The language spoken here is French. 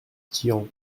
tian